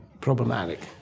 problematic